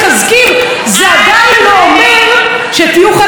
זה עדיין לא אומר שתהיו חלק מהקואליציה.